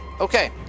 Okay